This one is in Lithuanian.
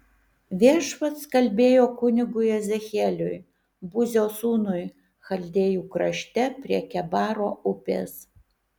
viešpats kalbėjo kunigui ezechieliui buzio sūnui chaldėjų krašte prie kebaro upės